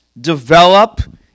develop